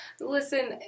Listen